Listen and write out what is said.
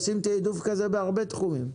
עושים תיעדוף כזה בהרבה תחומים.